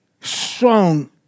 strong